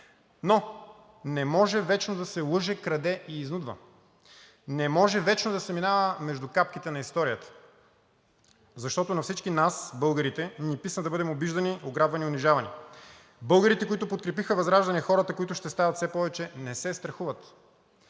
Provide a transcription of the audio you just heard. Но не може вечно да се лъже, краде и изнудва. Не може вечно да се минава между капките на историята, защото на всички нас, българите, ни писна да бъдем обиждани, ограбвани и унижавани. Българите, които подкрепиха ВЪЗРАЖДАНЕ, хората, които ще стават все повече, не се страхуват.